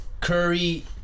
Curry